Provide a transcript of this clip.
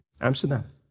Amsterdam